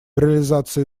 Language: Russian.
реализации